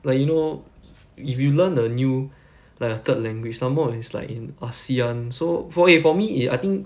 like you know if you learn a new like a third language some more it's like in ASEAN so fo~ eh for me i~ I think